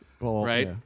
Right